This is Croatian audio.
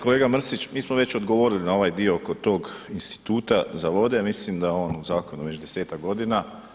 Kolega Mrsić, mi smo već odgovorili na ovaj dio kod tog Instituta za vode, ja mislim da je on u zakonu već desetak godina.